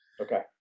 Okay